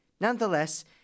Nonetheless